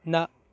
न